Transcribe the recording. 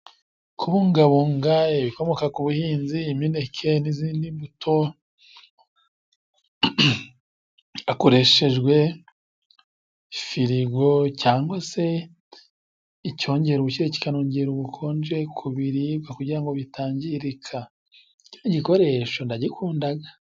Kubungabunga ibikomoka ku buhinzi, imineke n'izindi mbuto, hakoreshejwe firigo, cyangwa se icyongera ubushyuhe, kikanongera ubukonje ku biribwa, kugira bitangirika. Iki gikoresho ndagikundaga.